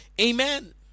Amen